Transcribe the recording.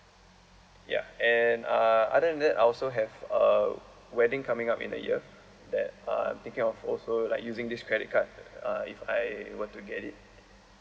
ya and uh other than that I also have uh wedding coming up in the year that uh thinking of also like using this credit card uh if I were to get it